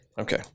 Okay